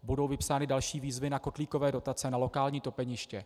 Budou vypsány další výzvy na kotlíkové dotace, na lokální topeniště.